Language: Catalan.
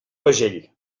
pagell